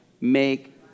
make